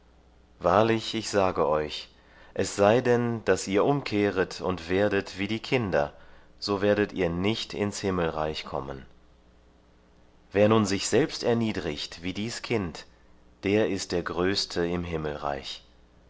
wahrlich ich sage euch es sei denn daß ihr umkehret und werdet wie die kinder so werdet ihr nicht ins himmelreich kommen wer nun sich selbst erniedrigt wie dies kind der ist der größte im himmelreich